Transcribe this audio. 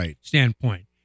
standpoint